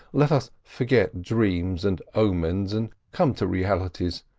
let us forget dreams and omens and come to realities.